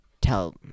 tell